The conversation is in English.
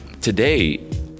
today